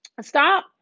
Stop